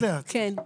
לאט לאט.